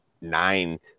nine